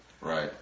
right